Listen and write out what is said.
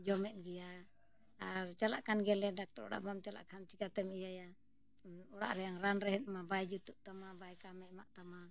ᱡᱚᱢᱮᱫ ᱜᱮᱭᱟ ᱟᱨ ᱪᱟᱞᱟᱜ ᱠᱟᱱ ᱜᱮᱞᱮ ᱰᱟᱠᱴᱚᱨ ᱚᱲᱟᱜ ᱵᱟᱢ ᱪᱟᱞᱟᱜ ᱠᱷᱟᱱ ᱪᱤᱠᱟᱹᱛᱮᱢ ᱤᱭᱟᱹᱭᱟ ᱚᱲᱟᱜ ᱨᱮᱭᱟᱜ ᱨᱟᱱ ᱨᱮᱦᱮᱫᱼᱢᱟ ᱵᱟᱭ ᱡᱩᱛᱩᱜ ᱛᱟᱢᱟ ᱵᱟᱭ ᱠᱟᱢᱮ ᱮᱢᱟᱜ ᱛᱟᱢᱟ